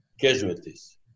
casualties